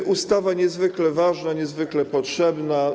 To ustawa niezwykle ważna, niezwykle potrzebna.